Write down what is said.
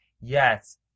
Yes